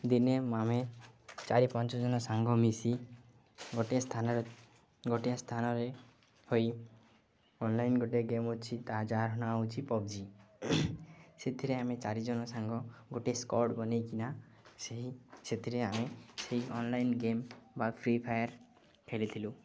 ଦିନେ ଆମେ ଚାରି ପାଞ୍ଚ ଜନ ସାଙ୍ଗ ମିଶି ଗୋଟିଏ ସ୍ଥାନରେ ଗୋଟିଏ ସ୍ଥାନରେ ହୋଇ ଅନଲାଇନ୍ ଗୋଟିଏ ଗେମ୍ ଅଛି ତା ଯାହାର ନାଁ ହେଉଛି ପବ୍ଜି ସେଥିରେ ଆମେ ଚାରିଜଣ ସାଙ୍ଗ ଗୋଟେ ସ୍କଡ଼୍ ବନେଇକିନା ସେହି ସେଥିରେ ଆମେ ସେଇ ଅନଲାଇନ୍ ଗେମ୍ ବା ଫ୍ରି ଫାୟାର୍ ଖେଳିଥିଲୁ